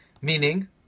Meaning